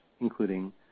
including